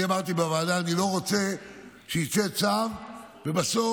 אני אמרתי בוועדה: אני לא רוצה שיצא צו ובסוף,